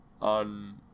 on